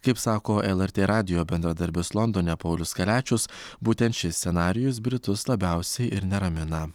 kaip sako lrt radijo bendradarbis londone paulius kaliačius būtent šis scenarijus britus labiausiai ir neramina